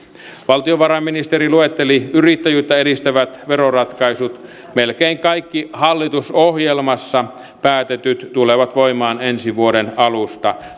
valtiovarainministeri luetteli yrittäjyyttä edistävät veroratkaisut melkein kaikki hallitusohjelmassa päätetyt tulevat voimaan ensi vuoden alusta